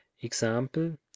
example